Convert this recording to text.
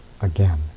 again